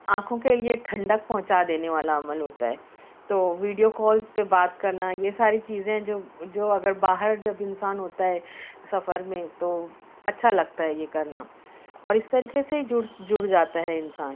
آنکھوں کے لیے ٹھنڈک پہنچا دینے والا عمل ہوتا ہے تو ویڈیو کال پہ بات کرنا یہ ساری چیزیں جو جو اگر باہر جب انسان ہوتا ہے سفر میں تو اچھا لگتا ہے یہ کرنا اور اس طریقے سے جڑ جڑ جاتا ہے انسان